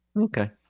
Okay